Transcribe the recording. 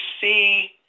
see